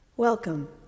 Welcome